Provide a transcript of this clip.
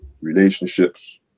relationships